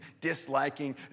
disliking